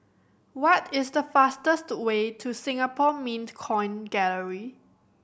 what is the fastest way to Singapore Mint Coin Gallery